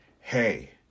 Hey